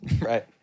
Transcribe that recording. Right